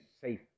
safe